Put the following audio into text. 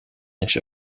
eens